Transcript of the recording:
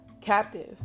captive